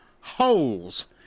holes